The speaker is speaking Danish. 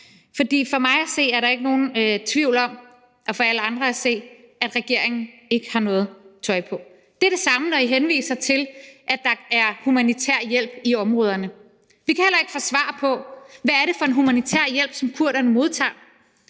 for alle andre er der ikke nogen tvivl om, at regeringen ikke har noget tøj på. Det er det samme, når I henviser til, at der er humanitær hjælp i områderne. Vi kan heller ikke få svar på: Hvad er det for en humanitær hjælp, som kurderne modtager?